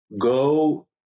go